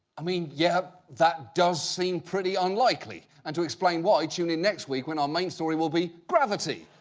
i mean, yeah. that does seem pretty unlikely. and to explain why, tune in next week when our main story will be gravity.